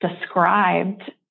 described